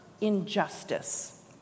injustice